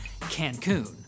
Cancun